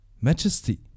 Majesty